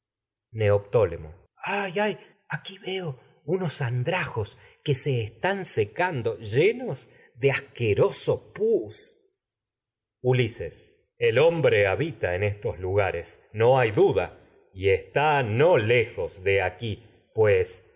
me indicas veo unos neoptólemo ay ay aquí andrajos que se están secando llenos de asqueroso pus ulises el hombre habita en estos lugares es no hay duda que y está no lejos de aquí pues